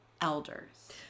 elders